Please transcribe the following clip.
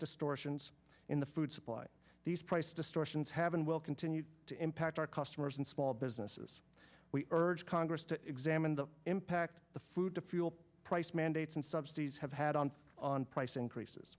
distortions in the food supply these price distortions have and will continue to impact our customers and small businesses we urge congress to examine the impact the food to fuel price mandates and subsidies have had on on price increases